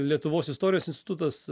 lietuvos istorijos institutas